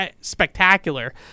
spectacular